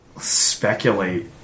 speculate